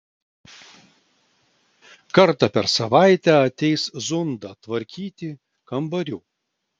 kartą per savaitę ateis zunda tvarkyti kambarių